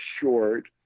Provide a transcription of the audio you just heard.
short